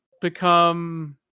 become